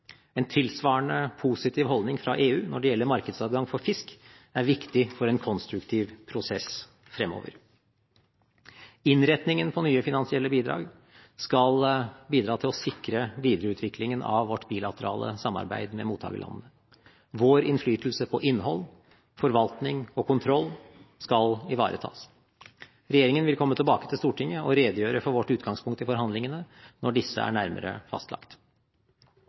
En tilsvarende positiv holdning fra EU når det gjelder markedsadgang for fisk, er viktig for en konstruktiv prosess fremover. Innretningen på nye finansielle bidrag skal bidra til å sikre videreutviklingen av vårt bilaterale samarbeid med mottakerlandene. Vår innflytelse på innhold, forvaltning og kontroll skal ivaretas. Regjeringen vil komme tilbake til Stortinget og redegjøre for vårt utgangspunkt i forhandlingene når disse er nærmere fastlagt.